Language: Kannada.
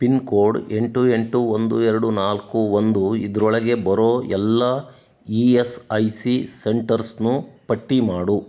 ಪಿನ್ ಕೋಡ್ ಎಂಟು ಎಂಟು ಒಂದು ಎರಡು ನಾಲ್ಕು ಒಂದು ಇದರೊಳಗೆ ಬರೋ ಎಲ್ಲ ಇ ಎಸ್ ಐ ಸಿ ಸೆಂಟರ್ಸ್ನೂ ಪಟ್ಟಿ ಮಾಡು